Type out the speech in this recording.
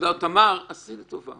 לא, תמר, עשי לי טובה.